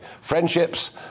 Friendships